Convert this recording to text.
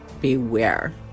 Beware